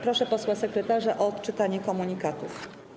Proszę posła sekretarza o odczytanie komunikatów.